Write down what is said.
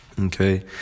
Okay